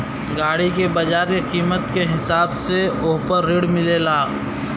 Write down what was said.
गाड़ी के बाजार के कीमत के हिसाब से वोह पर ऋण मिलेला